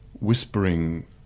whispering